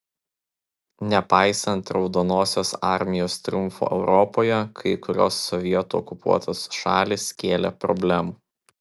nepaisant raudonosios armijos triumfo europoje kai kurios sovietų okupuotos šalys kėlė problemų